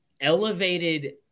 elevated